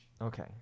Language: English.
Okay